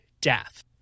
death